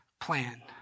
plan